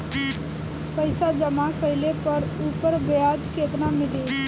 पइसा जमा कइले पर ऊपर ब्याज केतना मिली?